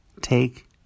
Take